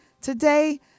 Today